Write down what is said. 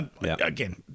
again